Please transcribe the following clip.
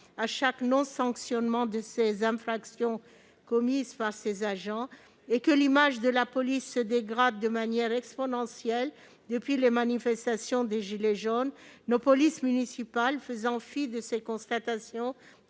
à chaque absence de sanction des infractions commises par ces agents, et alors que l'image de la police se dégrade de manière exponentielle depuis les manifestations des gilets jaunes, nos polices municipales, faisant fi de ces constatations,